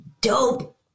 dope